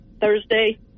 Thursday